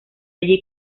allí